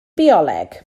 bioleg